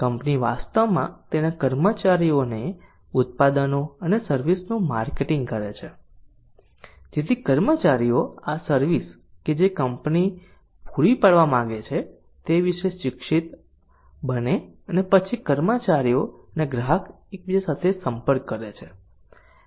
company વાસ્તવમાં તેના કર્મચારીઓને ઉત્પાદનો અને સર્વિસ નું માર્કેટિંગ કરે છે જેથી કર્મચારીઓ આ સર્વિસ કે જે કંપની પૂરી પાડવા માંગે છે તે વિશે શિક્ષિત બને અને પછી કર્મચારીઓ અને ગ્રાહક એકબીજા સાથે સંપર્ક કરે છે